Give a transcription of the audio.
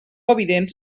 evidents